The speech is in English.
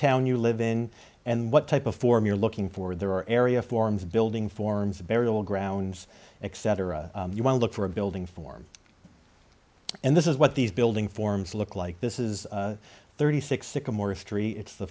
town you live in and what type of form you're looking for their area forms a building forms a burial grounds except you want to look for a building form and this is what these building forms look like this is a thirty six sycamore tree it's the